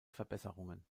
verbesserungen